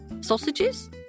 Sausages